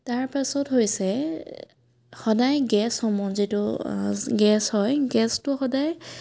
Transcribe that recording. তাৰ পাছত হৈছে সদায় গেছসমূহ যিটো গেছ হয় গেছটো সদায়